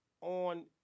on